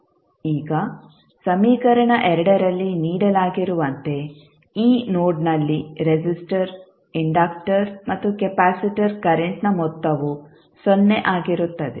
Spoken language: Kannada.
ಈಗ ಸಮೀಕರಣ ರಲ್ಲಿ ನೀಡಲಾಗಿರುವಂತೆ ಈ ನೋಡ್ನಲ್ಲಿ ರೆಸಿಸ್ಟರ್ ಇಂಡಕ್ಟರ್ ಮತ್ತು ಕೆಪಾಸಿಟರ್ ಕರೆಂಟ್ನ ಮೊತ್ತವು ಸೊನ್ನೆ ಆಗಿರುತ್ತದೆ